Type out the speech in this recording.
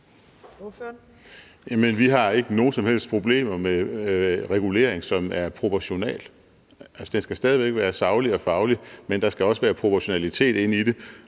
vi har ikke nogen som helst problemer med regulering, som er proportional. Altså, den skal stadig væk være saglig og faglig, men der skal også være proportionalitet i det.